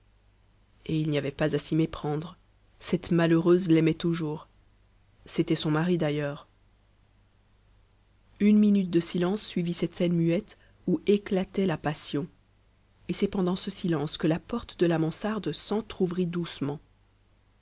et il n'y avait pas à s'y méprendre cette malheureuse l'aimait toujours c'était son mari d'ailleurs une minute de silence suivit cette scène muette où éclatait la passion et c'est pendant ce silence que la porte de la mansarde s'entr'ouvrit doucement